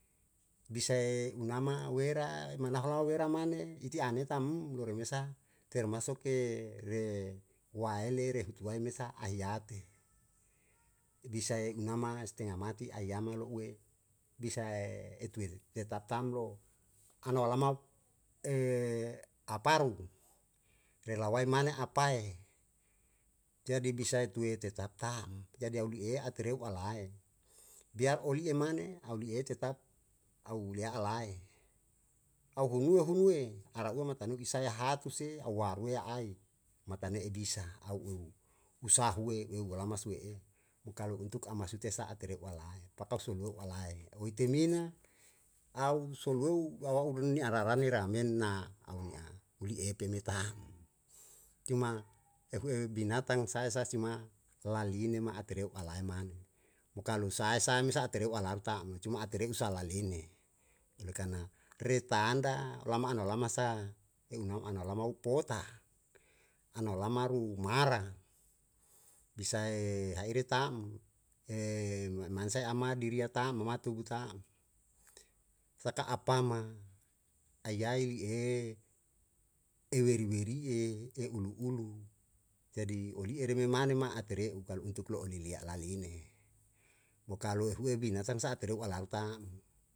Bisae u nama wera mana hola wera mane iti ane tamm loro mesa, termasuk re waele re hutu wae mesa ahiate, bisae i nama stenga mati aiyama lo'ue bisae etue tetap tamlo anao lama aparu rela wae mane apae jadi bisae tetap tam jadi au li'e a tereu ala ae biar oli e mane au li'e tetap au lia alae au hunue hunue ara ua ma tanui isae hatuse au warue ai matane e bisa au u usahue eu lama sue'e mo kalo untuk a masu tes a tereu ala ae papau sulou alae u i temina au soluou awau ni arara nira menna au ni'a uli e peme tam cuma ehu e binatang sae sa sima laline ma a tereu alae man mo kalu sae sa me sa a tereu alaru tam cuma a tereu sa laleinme ime karna retanda lama no lama sa eu nau ana lama upota anau lama ru mara bisae ha'ire tam mansae ama diriya tam mama tugu tam. saka a pama ayai i e eweri wariye e ulu ulu jadi oli'e remi mane ma a tereu kalu untuk lo'o lilia'la leinemo kalu ehue binatang sa tereu ala u tam.